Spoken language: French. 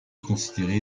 considéré